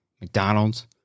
McDonald's